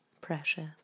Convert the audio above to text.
Precious